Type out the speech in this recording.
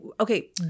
Okay